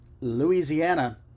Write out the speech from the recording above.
louisiana